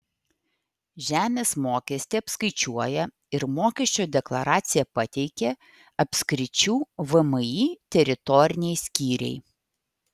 žemės mokestį apskaičiuoja ir mokesčio deklaraciją pateikia apskričių vmi teritoriniai skyriai